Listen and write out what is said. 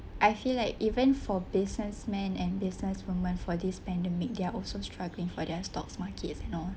I feel like even for businessmen and businesswomen for this pandemic they are also struggling for their stocks market and all